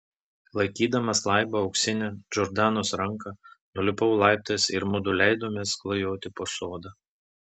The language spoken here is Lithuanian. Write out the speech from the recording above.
laikydamas laibą auksinę džordanos ranką nulipau laiptais ir mudu leidomės klajoti po sodą